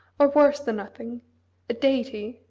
or worse than nothing a deity,